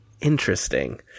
Interesting